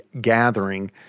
gathering